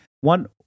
One